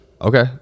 okay